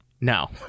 No